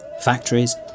Factories